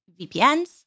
VPNs